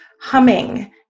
humming